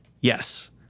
Yes